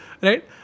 Right